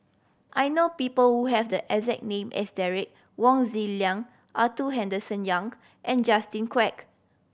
I know people who have the exact name as Derek Wong Zi Liang Arthur Henderson Young and Justin Quek